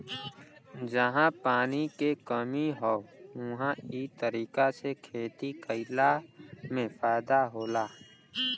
जहां पानी के कमी हौ उहां इ तरीका से खेती कइला में फायदा होला